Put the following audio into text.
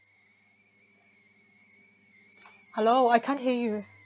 hello I can't hear you